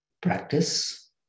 practice